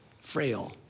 frail